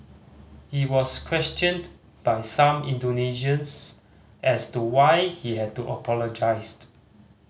he was questioned by some Indonesians as to why he had apologised